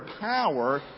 power